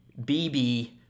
BB